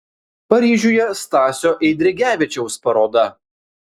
paryžiuje stasio eidrigevičiaus paroda